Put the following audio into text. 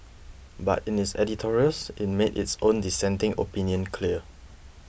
but in its editorials it made its own dissenting opinion clear